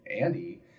Andy